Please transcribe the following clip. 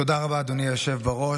תודה רבה, אדוני היושב-ראש.